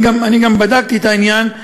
גם אני בדקתי את העניין.